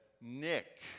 Nick